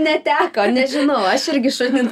neteko nežinau aš irgi šunį